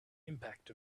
impact